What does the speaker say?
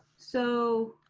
so